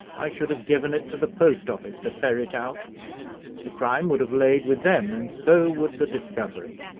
i should have given it to the post-office to ferret out the crime would have lain with them, and so would the discovery.